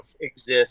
exist